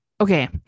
okay